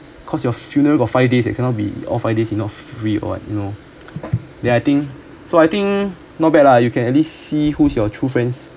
cause your funeral got five days eh cannot be off five days you know free or what you know then I think so I think not bad lah you can at least see who's your true friends